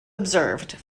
observed